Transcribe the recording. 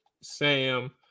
Sam